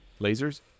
Lasers